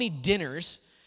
dinners